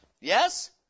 Yes